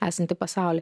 esantį pasaulį